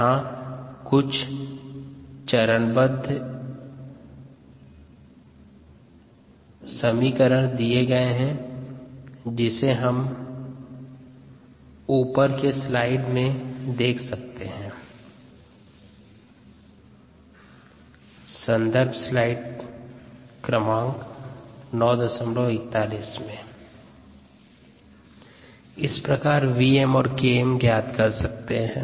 Slope Kmvm5835 Intercept 1vm146 ∴ vm069 mM min 1 ∴ Km5835 ×0694026 mM इस प्रकार Vm और Km ज्ञात कर सकते हैं